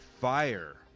fire